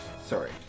sorry